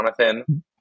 Jonathan